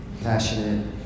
Passionate